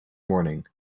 mourning